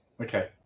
Okay